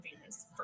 venus